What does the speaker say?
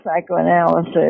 psychoanalysis